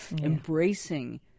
embracing